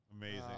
amazing